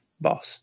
boss